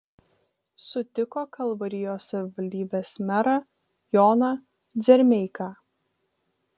sutiko kalvarijos savivaldybės merą joną dzermeiką